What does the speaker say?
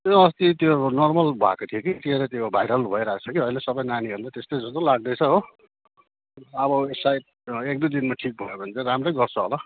ए अस्ति त्यो नर्मल भएको थियो कि के अरे त्यो भाइरल भइरहेको छ कि अहिले सबै नानीहरूलाई नै त्यस्तै जस्तो लाग्दैछ हो अब सायद एक दुई दिनमा ठिक भयो चाहिँ राम्रै गर्छ होला